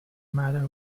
matter